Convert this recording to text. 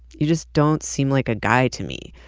you just don't seem like a guy to me,